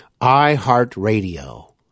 iHeartRadio